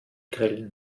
grillen